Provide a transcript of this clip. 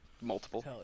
multiple